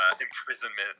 imprisonment